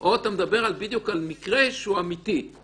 או אתה מדבר על מקרה שהוא אמיתי,